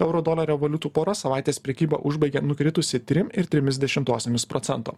euro dolerio valiutų pora savaitės prekybą užbaigė nukritusi trim ir trimis dešimtosiomis procento